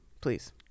please